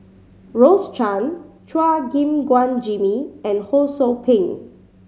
Rose Chan Chua Gim Guan Jimmy and Ho Sou Ping